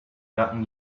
gotten